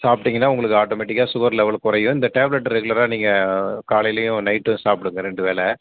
சாப்பிட்டீங்கன்னா உங்களுக்கு ஆட்டோமேட்டிக்காக சுகர் லெவலு குறையும் இந்த டேப்லெட் ரெகுலராக நீங்கள் காலையிலேயும் நைட்டும் சாப்பிடுங்க ரெண்டு வேளை